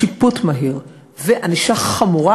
שיפוט מהיר וענישה חמורה.